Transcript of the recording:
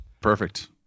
Perfect